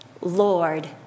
Lord